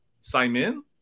Simon